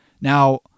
Now